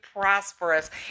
prosperous